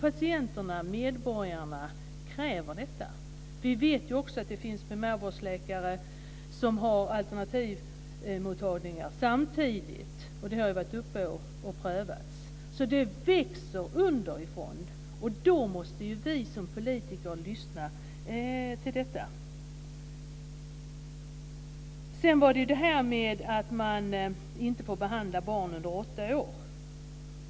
Patienterna, medborgarna, kräver det. Det finns primärvårdsläkare som har alternativmottagningar samtidigt. Det har prövats. Det växer underifrån. Vi som politiker måste lyssna till det. Barn under åtta år får inte behandlas med alternativ medicin.